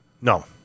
No